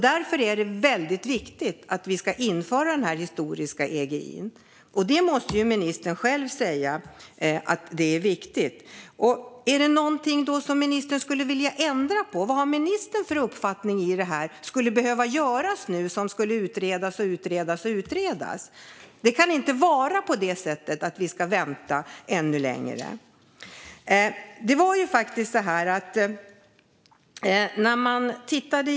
Därför är det väldigt viktigt att införa historisk EGI. Det måste ministern själv säga är viktigt. Är det då något som ministern skulle vilja ändra på? Vad anser ministern skulle behöva göras nu och som skulle behöva utredas igen och igen? Det kan inte vara så att vi ska behöva vänta ännu längre.